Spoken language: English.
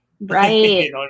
Right